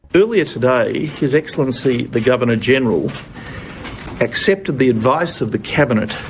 earlier today, his excellency the governor general accepted the advice of the cabinet